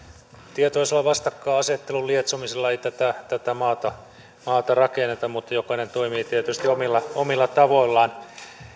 tietoisella vastakkainasettelun lietsomisella ei tätä tätä maata maata rakenneta mutta jokainen toimii tietysti omilla omilla tavoillaan